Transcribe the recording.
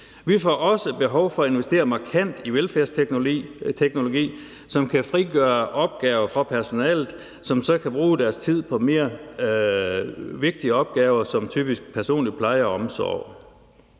Vi får også behov for at investere markant i velfærdsteknologi, som kan frigøre opgaver fra personale, som så kan bruge deres tid på mere vigtige opgaver som typisk personlig pleje og omsorg.